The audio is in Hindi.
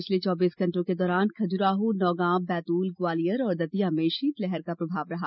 पिछले चौबीस घंटों के दौरान खजुराहो नौगांव बैतूल ग्वालियर और दतिया में शीतलहर का प्रभाव रहा